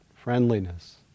friendliness